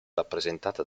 rappresentata